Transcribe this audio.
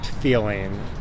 feeling